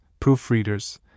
proofreaders